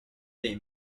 dei